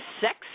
sex